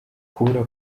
kubura